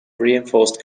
reinforced